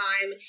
time